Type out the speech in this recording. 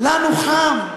לנו חם,